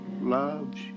loves